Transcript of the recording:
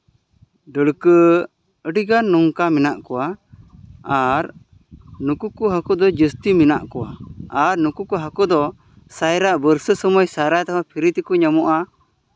ᱰᱟᱹᱲᱠᱟᱹ ᱟᱹᱰᱤ ᱜᱟᱱ ᱱᱚᱝᱠᱟ ᱢᱮᱱᱟᱜ ᱠᱚᱣᱟ ᱟᱨ ᱱᱩᱠᱩ ᱠᱚ ᱦᱟᱹᱠᱩ ᱫᱚ ᱡᱟᱹᱥᱛᱤ ᱢᱮᱱᱟᱜ ᱠᱚᱣᱟ ᱟᱨ ᱱᱩᱠᱩ ᱠᱚ ᱦᱟᱹᱠᱩ ᱫᱚ ᱥᱟᱭᱨᱟ ᱵᱟᱹᱨᱥᱟᱹ ᱥᱚᱢᱚᱭ ᱥᱟᱭᱨᱟ ᱛᱮ ᱦᱚᱸ ᱯᱷᱨᱤ ᱛᱮᱠᱚ ᱧᱟᱢᱚᱜᱼᱟ